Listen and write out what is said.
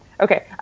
Okay